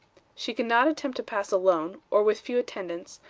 she could not attempt to pass alone, or with few attendants,